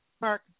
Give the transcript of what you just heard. Mark